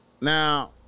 Now